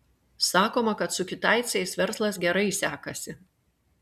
sakoma kad su kitaicais verslas gerai sekasi